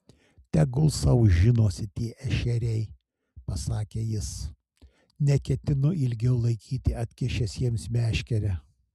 tegul sau žinosi tie ešeriai pasakė jis neketinu ilgiau laikyti atkišęs jiems meškerę